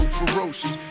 ferocious